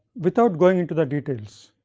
without going in to the details.